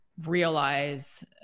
realize